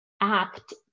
act